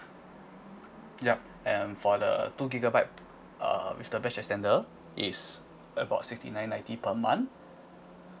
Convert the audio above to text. yup and for the two gigabyte uh with the mesh extender is about sixty nine ninety per month